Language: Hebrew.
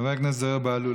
חבר הכנסת זוהיר בהלול,